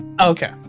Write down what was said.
Okay